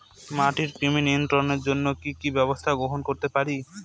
মাটির কৃমি নিয়ন্ত্রণের জন্য কি কি ব্যবস্থা গ্রহণ করতে পারি?